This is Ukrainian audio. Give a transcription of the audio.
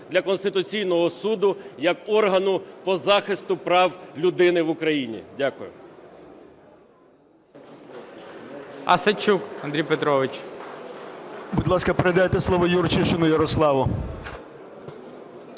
для Конституційного Суду, як органу по захисту прав людини в Україні. Дякую.